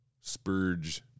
Spurge